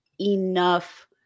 enough